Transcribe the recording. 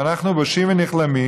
ואנחנו בושים ונכלמים